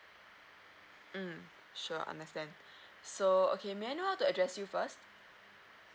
mm sure understand so okay may I know how to address you first